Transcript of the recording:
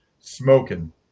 smoking